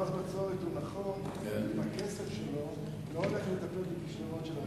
היושב-ראש, אני כל פעם פה בדיונים על חוק ההסדרים.